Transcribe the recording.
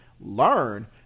learn